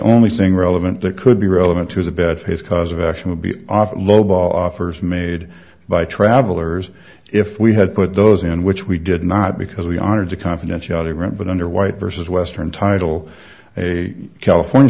only thing relevant that could be relevant to the bed his cause of action would be off lowball offers made by travelers if we had put those in which we did not because we honored to confidentiality agreement but under white versus western title a california